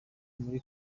muri